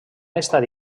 estat